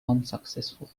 unsuccessful